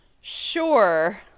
Sure